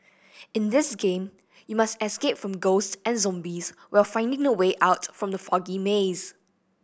in this game you must escape from ghost and zombies while finding the way out from the foggy maze